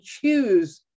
choose